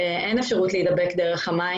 אין אפשרות להידבק דרך המים.